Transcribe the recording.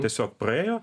tiesiog praėjo